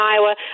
Iowa